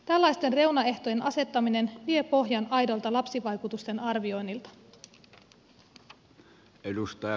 tällaisten reunaehtojen asettaminen vie pohjan aidolta lapsivaikutusten arvioinnilta